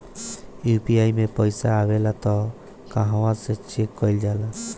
UPI मे पइसा आबेला त कहवा से चेक कईल जाला?